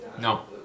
No